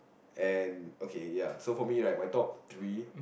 and okay ya so for me right my top three